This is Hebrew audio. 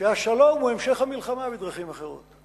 שהשלום הוא המשך המלחמה בדרכים אחרות.